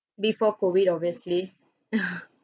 before COVID obviously